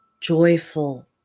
joyful